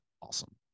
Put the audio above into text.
awesome